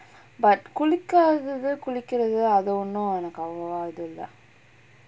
but குளிக்கறது குளிக்குறது அது ஒன்னும் எனக்கு அவ்வளா இது இல்ல:kulikkarathu kulikkurathu athu onnum enakku avvalaa ithu illa